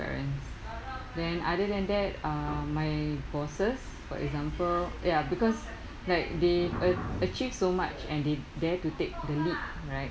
parents then other than that uh my bosses for example ya because like they a~ achieve so much and they dare to take the leap right